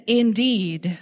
indeed